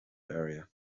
area